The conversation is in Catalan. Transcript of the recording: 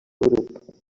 grup